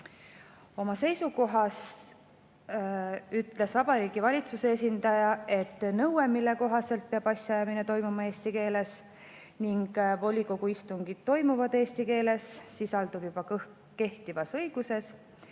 Oma seisukohas ütles Vabariigi Valitsuse esindaja, et nõue, mille kohaselt peab asjaajamine toimuma eesti keeles – ning volikogu istungid toimuvadki eesti keeles –, sisaldub juba kehtivas õiguses.